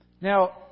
Now